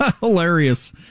Hilarious